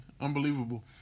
Unbelievable